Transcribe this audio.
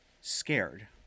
scared